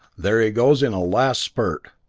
there he goes in a last spurt.